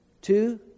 two